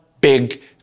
big